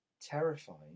terrifying